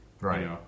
Right